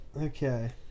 okay